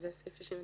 זה סעיף 69,